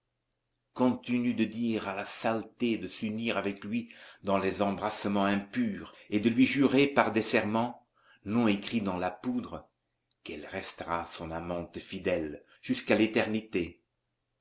continue de dire à la saleté de s'unir avec lui dans des embrassements impurs et de lui jurer par des serments non écrits dans la poudre qu'elle restera son amante fidèle jusqu'à l'éternité